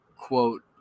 Quote